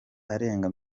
arenga